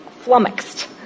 flummoxed